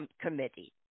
committee